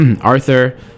arthur